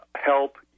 help